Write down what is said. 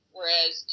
Whereas